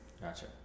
Gotcha